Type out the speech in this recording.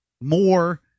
more